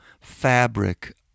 fabric